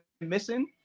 missing